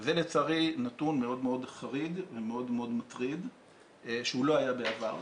זה לצערי נתון מאוד מאוד חריג ומאוד מטריד שהוא לא היה בעבר.